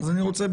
אני רוצה,